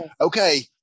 okay